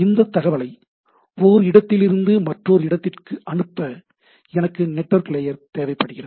இந்த தகவலை ஒரு இடத்திலிருந்து மற்றொரு இடத்திற்கு அனுப்ப எனக்கு நெட்வொர்க் லேயர் தேவைப்படுகிறது